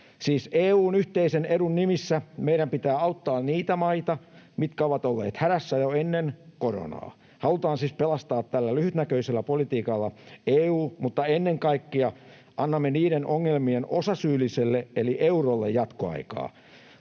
Siis EU:n yhteisen edun nimissä meidän pitää auttaa niitä maita, mitkä ovat olleet hädässä jo ennen koronaa. Halutaan siis pelastaa tällä lyhytnäköisellä politiikalla EU, mutta ennen kaikkea annamme niiden ongelmien osasyylliselle eli eurolle jatkoaikaa.